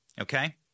Okay